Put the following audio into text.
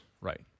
right